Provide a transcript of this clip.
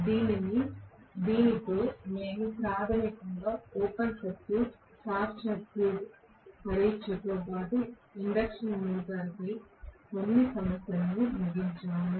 దీనితో మేము ప్రాథమికంగా ఓపెన్ సర్క్యూట్ షార్ట్ సర్క్యూట్ పరీక్షతో పాటు ఇండక్షన్ మోటారుపై కొన్ని సమస్యలను ముగించాము